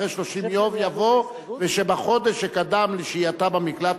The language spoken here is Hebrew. אחרי "30 יום" יבוא "ושבחודש שקדם לשהייתה במקלט,